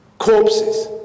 corpses